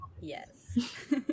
yes